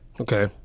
Okay